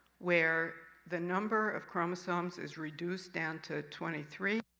where the number of chromosomes is reduced down to twenty three.